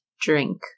drink